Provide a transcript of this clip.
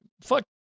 Fuck